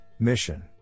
Mission